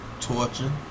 Torture